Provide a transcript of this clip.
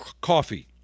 coffee